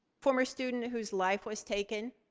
former student whose life was taken,